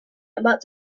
about